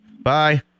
Bye